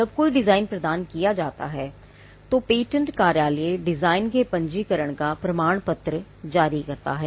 जब कोई डिज़ाइन प्रदान किया जाता है तो पेटेंट कार्यालय डिज़ाइन के पंजीकरण का प्रमाण पत्र जारी करता है